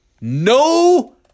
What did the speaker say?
No